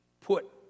put